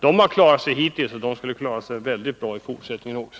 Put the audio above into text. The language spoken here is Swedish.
De har klarat sig hittills, och de skulle klara sig väldigt bra i fortsättningen också.